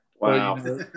Wow